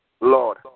Lord